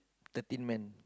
thirteen man